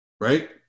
Right